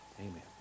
Amen